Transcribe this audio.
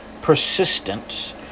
persistence